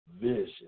vision